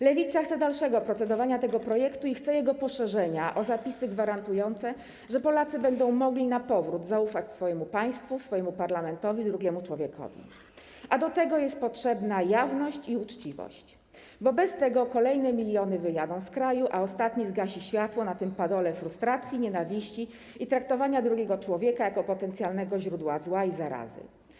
Lewica chce dalszego procedowania nad tym projektem i chce jego poszerzenia o zapisy gwarantujące, że Polacy będą mogli na powrót zaufać swojemu państwu, swojemu parlamentowi, drugiemu człowiekowi, a do tego jest potrzebna jawność i uczciwość, bo bez tego kolejne miliony wyjadą z kraju, a ostatni zgasi światło na tym padole frustracji, nienawiści i traktowania drugiego człowieka jako potencjalnego źródła zła i zarazy.